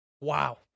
Wow